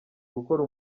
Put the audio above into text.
gukora